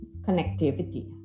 connectivity